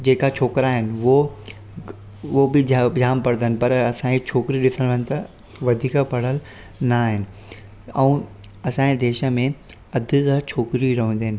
जेका छोकिरा आहिनि उहो उहो बि ज जाम पढ़ंदा आहिनि पर असांजी छोकिरी ॾिसणु वञ त वधीक पढ़ियलु न आहिनि ऐं असांजे देश में अधि त छोकिरियूं रहंदियूं आहिनि